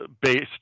based